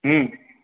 હમ